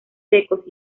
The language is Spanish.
secos